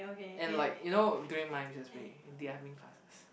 and like you know during my recess week they're having classes